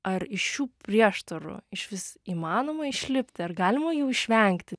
ar iš šių prieštarų išvis įmanoma išlipti ar galima jų išvengti